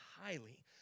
highly